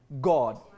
God